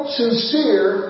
sincere